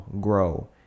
grow